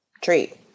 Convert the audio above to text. treat